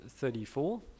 34